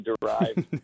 derived